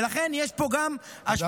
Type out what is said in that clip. ולכן יש פה גם, תודה רבה.